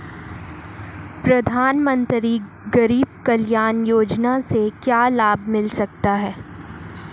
प्रधानमंत्री गरीब कल्याण योजना से क्या लाभ मिल सकता है?